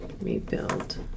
Rebuild